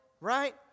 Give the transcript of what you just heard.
right